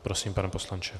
Prosím, pane poslanče.